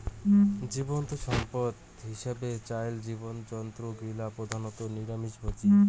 জীবজন্তু সম্পদ হিছাবে চইল জীবজন্তু গিলা প্রধানত নিরামিষভোজী